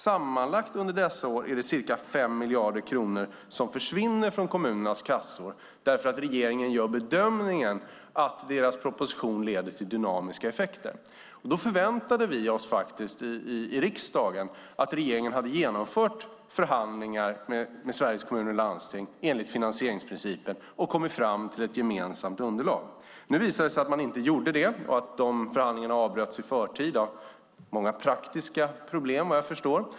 Sammanlagt under dessa år är det ca 5 miljarder kronor som försvinner från kommunernas kassor därför att regeringen gör bedömningen att deras proposition leder till dynamiska effekter. Då förväntade vi oss i riksdagen att regeringen hade genomfört förhandlingar med Sveriges Kommuner och Landsting enligt finansieringsprincipen och kommit fram till ett gemensamt underlag. Nu visade det sig att man inte gjorde det och att de förhandlingarna avbröts i förtid. Det var många praktiska problem, vad jag förstår.